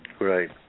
Right